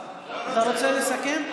לא רוצה לסכם.